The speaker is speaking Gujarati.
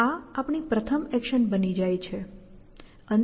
આ આપણી પ્રથમ એક્શન બની જાય છે UnstackCD